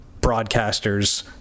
broadcasters